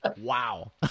wow